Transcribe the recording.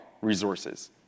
resources